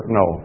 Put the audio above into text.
no